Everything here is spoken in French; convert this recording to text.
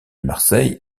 marseille